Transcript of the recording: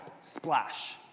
splash